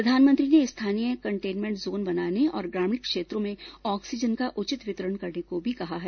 प्रधानमंत्री ने स्थानीय कंटेनमेंट जोन बनाने और ग्रामीण क्षेत्रों में ऑक्सीजन का उचित वितरण करने को भी कहा है